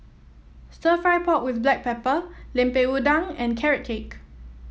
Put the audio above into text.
stir fry pork with Black Pepper Lemper Udang and Carrot Cake